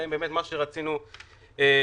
מה שרצינו קיבלנו.